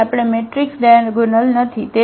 તેથી આપેલ matrix diagonal નથી